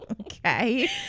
Okay